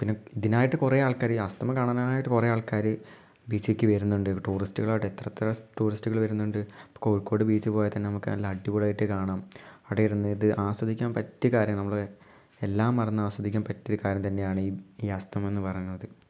പിന്നെ ഇതിനായിട്ട് കുറേ ആൾക്കാർ അസ്തമയം കാണാനായിട്ട് കുറേ ആൾക്കാർ ബീച്ചിലേക്ക് വരുന്നുണ്ട് ടൂറിസ്റ്റുകൾ ആവട്ടെ എത്ര എത്ര ടൂറിസ്റ്റുകൾ വരുന്നുണ്ട് കോഴിക്കോട് ബീച്ചിൽ പോയാൽ തന്നെ നമുക്ക് നല്ല അടിപൊളിയായിട്ട് കാണാം അവിടെ ഇരുന്നിട്ട് ആസ്വദിക്കാൻ പറ്റിയ കാര്യമാണ് നമ്മൾ എല്ലാം മറന്ന് ആസ്വദിക്കാൻ പറ്റിയ ഒരു കാര്യം തന്നെയാണ് ഈ അസ്തമയമെന്ന് പറയുന്നത്